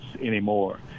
anymore